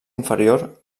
inferior